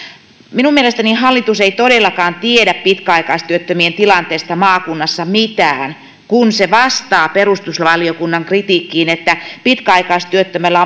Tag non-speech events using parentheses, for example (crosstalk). minun mielestäni hallitus ei todellakaan tiedä pitkäaikaistyöttömien tilanteesta maakunnassa mitään kun se vastaa perustuslakivaliokunnan kritiikkiin että pitkäaikaistyöttömällä (unintelligible)